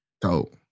Dope